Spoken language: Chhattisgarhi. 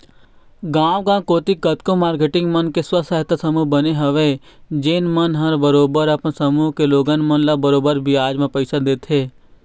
गाँव गाँव कोती कतको मारकेटिंग मन के स्व सहायता समूह बने हवय जेन मन ह बरोबर अपन समूह के लोगन मन ल बरोबर बियाज म पइसा देथे